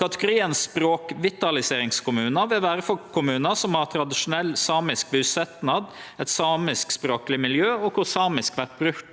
Kategorien «språkvitaliseringskommune» vil vere for kommunar som har tradisjonell samisk busetnad og eit samiskspråkleg miljø, der samisk vert brukt